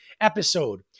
episode